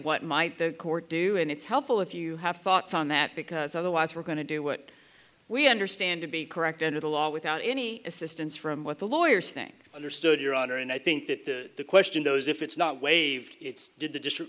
what might the court do and it's helpful if you have thoughts on that because otherwise we're going to do what we understand to be correct under the law without any assistance from what the lawyers think understood your honor and i think that the question though is if it's not waived it's did the district